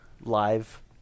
live